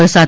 વરસાદ